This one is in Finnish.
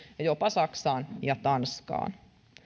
jopa saksaan ja tanskaan